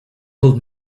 old